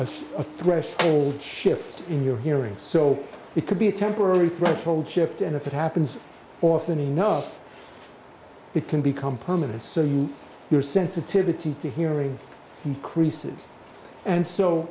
a threshold shift in your hearing so it could be a temporary threshold shift and if it happens often enough it can become permanent so you your sensitivity to hearing increases and so